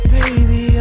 baby